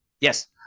yes